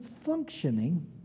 functioning